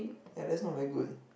ya that's not very good